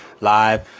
live